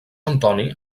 antoni